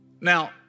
Now